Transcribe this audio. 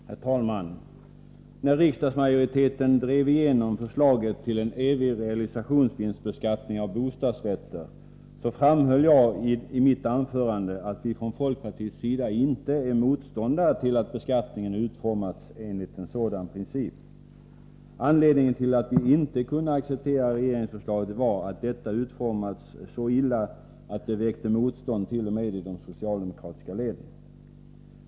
Herr talman! När riksdagsmajoriteten drev igenom förslaget om en evig reavinstbeskattning av bostadsrätter, framhöll jag i mitt anförande att vi från folkpartiet inte är motståndare till att beskattningen utformas enligt en sådan princip. Anledningen till att vi inte kunde acceptera regeringsförslaget var att detta utformats så illa att det väckte motstånd t.o.m. i de socialdemokratiska leden.